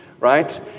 right